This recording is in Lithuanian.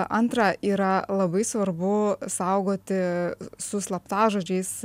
antra yra labai svarbu saugoti su slaptažodžiais